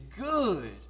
good